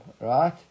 right